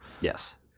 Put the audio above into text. Yes